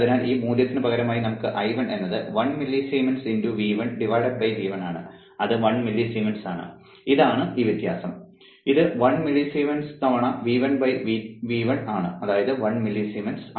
അതിനാൽ ഈ മൂല്യത്തിന് പകരമായി നമുക്ക് I1 എന്നത് 1 മില്ലിസീമെൻസ് x V1 V1 ആണ് അത് 1 മില്ലിസീമെൻസ് ആണ് ഇതാണ് ഈ വ്യത്യാസം ഇത് 1 മില്ലിസീമെൻസ് തവണ V1 V1 ആണ് അതായത് 1 മില്ലിസീമെൻസ്